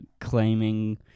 claiming